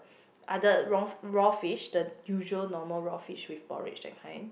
other raw raw fish the usual normal raw fish with porridge that kind